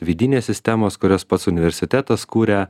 vidinės sistemos kurias pats universitetas kuria